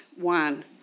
one